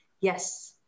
Yes